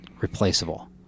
replaceable